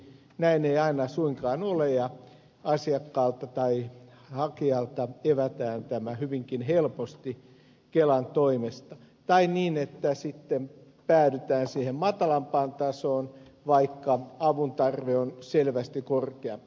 näin ei aina suinkaan ole ja asiakkaalta tai hakijalta evätään tämä hyvinkin helposti kelan toimesta tai niin että sitten päädytään siihen matalampaan tasoon vaikka avun tarve on selvästi korkeampi